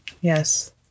Yes